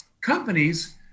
companies